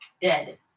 dead